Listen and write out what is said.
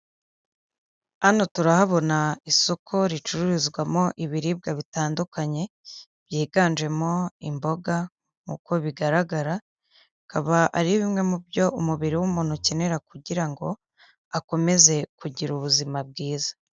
Hano turahabona isoko ricururizwamo ibiribwa bitandukanye byiganjemo imboga nk'uko bigaragara, akaba ari bimwe mu byo umubiri w'umuntu ukenera kugira ngo akomeze kugira ubuzima bwiza.